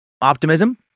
Optimism